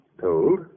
Told